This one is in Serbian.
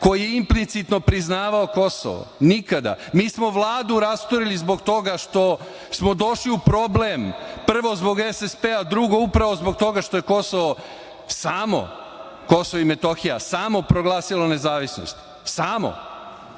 koji je implicitno priznavao Kosovo, nikada. Mi smo Vladu rasturili zbog toga što smo došli u problem, prvo zbog SSP-a, drugo, upravo zbog toga što je Kosovo samo proglasilo nezavisnost. Samo. Šta